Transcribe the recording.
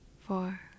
four